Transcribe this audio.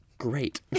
great